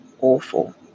awful